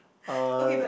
uh